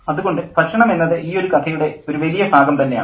അതുകൊണ്ട് ഭക്ഷണം എന്നത് ഈയൊരു കഥയുടെ ഒരു വലിയ ഭാഗം തന്നെയാണ്